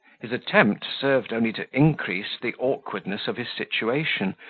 his attempt served only to increase the awkwardness of his situation,